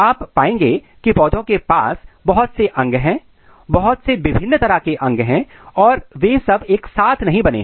आप पाएंगे कि पौधे के पास बहुत से अंग हैं बहुत से विभिन्न तरह के अंग हैं और वे सब एक साथ नहीं बने हैं